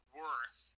worth